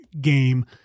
game